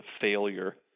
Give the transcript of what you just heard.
failure